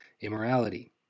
immorality